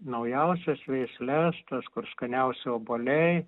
naujausias veisles tas kur skaniausi obuoliai